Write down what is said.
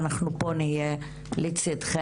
ואנחנו פה נהיה לצידכן.